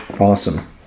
awesome